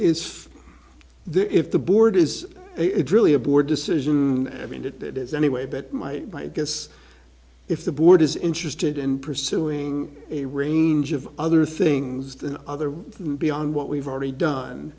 it's there if the board is it really a board decision i mean it is anyway but my guess if the board is interested in pursuing a range of other things than other beyond what we've already done